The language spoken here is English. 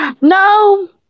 No